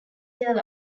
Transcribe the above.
detail